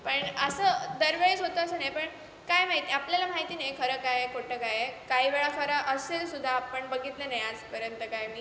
पण असं दर वेळेस होतं असं नाही पण काय माहीत आपल्याला माहिती नाही खरं काय आहे खोटं काय आहे काही वेळा खरं असेलसुद्धा आपण बघितलं नाही आजपर्यंत काय मी